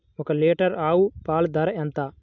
ఒక్క లీటర్ ఆవు పాల ధర ఎంత?